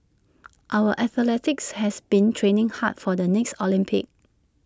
our athletes have been training hard for the next Olympics